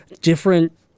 different